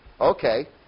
okay